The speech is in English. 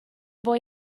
boy